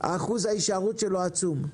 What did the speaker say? אחוז ההישארות שלו עצום.